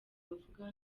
bavuga